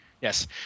Yes